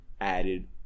added